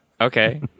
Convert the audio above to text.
Okay